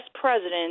president